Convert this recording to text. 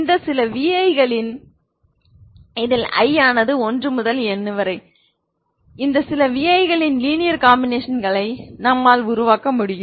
இந்த சில vi களின் iஆனது 1 முதல் n வரை லீனியர் காம்பினேஷன்களை என்னால் உருவாக்க முடியும்